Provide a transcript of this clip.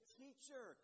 teacher